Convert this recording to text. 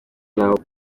nabo